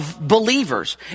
believers